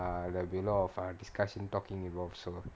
there will be a lot of discussion talking involved so